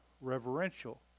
reverential